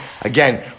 Again